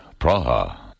Praha